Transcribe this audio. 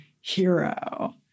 hero